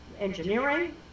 engineering